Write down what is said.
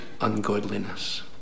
ungodliness